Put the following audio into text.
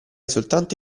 soltanto